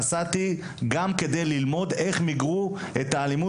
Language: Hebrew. נסעתי כדי ללמוד איך מיגרו את האלימות